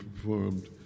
performed